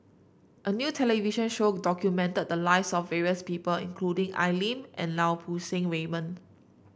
a new television show documented the lives of various people including Al Lim and Lau Poo Seng Raymond